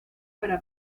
para